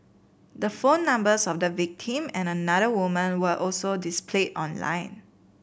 the phone numbers of the victim and another woman were also displayed online